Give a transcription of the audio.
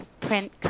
print